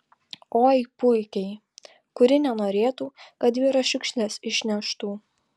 oi puikiai kuri nenorėtų kad vyras šiukšles išneštų